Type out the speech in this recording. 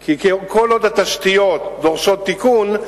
כי כל עוד התשתיות דורשות תיקון,